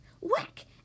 Whack